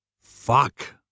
Fuck